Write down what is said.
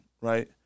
Right